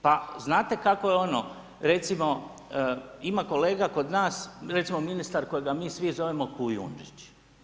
Pa znate kako je ono, recimo ima kolega kod nas, recimo ministar kojega mi svi zovemo Kujundžić.